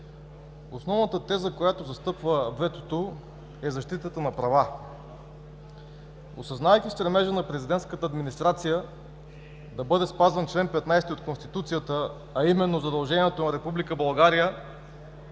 Основната теза, която застъпва ветото, е защитата на права. Осъзнавайки стремежа на президентската администрация да бъде спазван чл. 15 от Конституцията, а именно задължението на